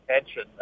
attention